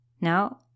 Now